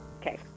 Okay